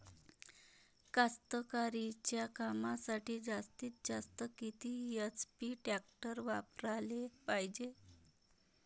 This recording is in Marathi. कास्तकारीच्या कामासाठी जास्तीत जास्त किती एच.पी टॅक्टर वापराले पायजे?